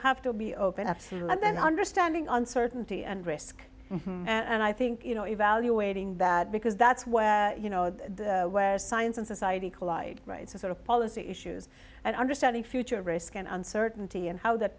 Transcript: have to be opened up and then understanding uncertainty and risk and i think you know evaluating that because that's where you know where science and society collide right sort of policy issues and understanding future risk and uncertainty and how that